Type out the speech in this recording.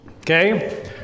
Okay